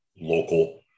local